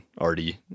Already